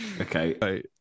Okay